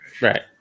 Right